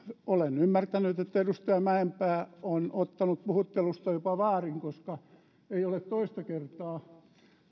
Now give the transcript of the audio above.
olen ymmärtänyt että edustaja mäenpää on ottanut puhuttelusta jopa vaarin koska ei ole toista kertaa